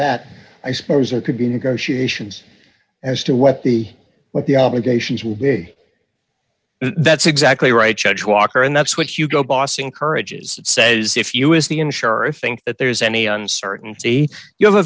that i suppose there could be negotiations as to what the what the obligations would be that's exactly right judge walker and that's what hugo boss encourages that says if you is the insurer think that there's any uncertainty you have a